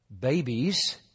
babies